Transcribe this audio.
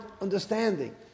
understanding